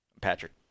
Patrick